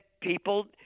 people